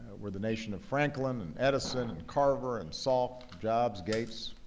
we're the nation of franklin and edison, and carver and salk jobs, gates.